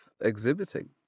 exhibiting